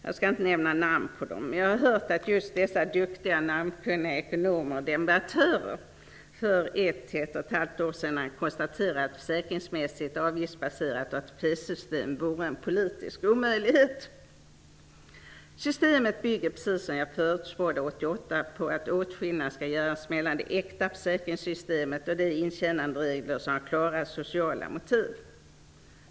Jag skall inte nämna några namn, men jag har hört att just dessa duktiga namnkunniga ekonomer och debattörer för 1--1,5 år sedan konstaterade att ett försäkringsmässigt, avgiftsbaserat ATP-system vore en politisk omöjlighet. Systemet bygger, precis som jag förutspådde 1988, på att åtskillnad skall göras mellan det äkta försäkringssystemet och de intjänanderegler som har klara sociala motiv.